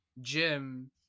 gym